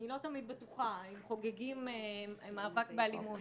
אני לא תמיד בטוחה אם חוגגים מאבק באלימות